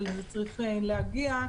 אבל זה צריך להגיע.